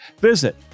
Visit